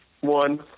One